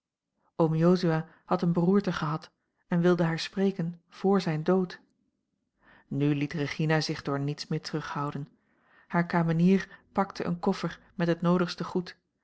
oom jozua had eene beroerte gehad en wilde haar spreken vr zijn dood nu liet regina zich door niets meer terughouden hare kamenier pakte een koffer met het noodigste goed